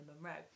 Monroe